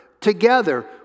together